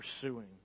pursuing